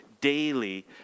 daily